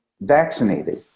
vaccinated